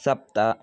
सप्त